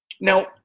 Now